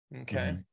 okay